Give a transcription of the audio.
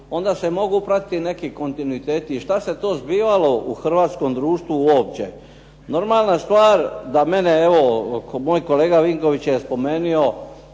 onda se mogu pratiti neki kontinuiteti i šta se to zbivalo u hrvatskom društvu uopće. Normalna stvar da mene, evo moj kolega Vinković je spomenuo